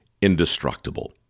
indestructible